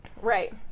Right